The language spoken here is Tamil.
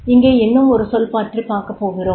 இங்கே இன்னும் ஒரு சொல் பற்றிப் பார்க்கப்போகிறோம்